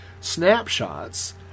snapshots